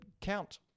Count